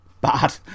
bad